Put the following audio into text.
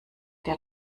der